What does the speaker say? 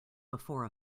before